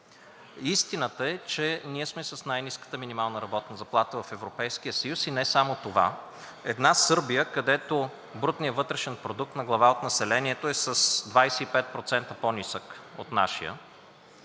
Истината е, че ние сме с най-ниската минимална работна заплата в Европейския съюз и не само това. Една Сърбия, където брутният вътрешен продукт на глава от населението е с 25% по-нисък от нашия,